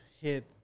hit